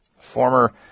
former